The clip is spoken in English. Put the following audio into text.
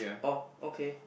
oh okay